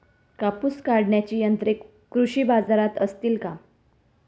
कापूस काढण्याची यंत्रे कृषी बाजारात असतील का?